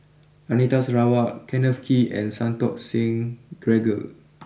Anita Sarawak Kenneth Kee and Santokh Singh Grewal